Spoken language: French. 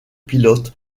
pilote